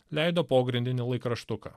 leido pogrindinį laikraštuką